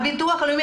הביטוח הלאומי